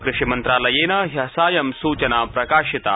कृषि मन्त्रालयेन ह्यः सायं सूचना प्रकाशिता